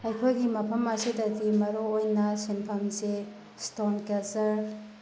ꯑꯩꯈꯣꯏꯒꯤ ꯃꯐꯝ ꯑꯁꯤꯗꯗꯤ ꯃꯔꯨ ꯑꯣꯏꯅ ꯁꯤꯟꯐꯝꯁꯤ ꯏꯁꯇꯣꯟ ꯀꯦꯆꯔ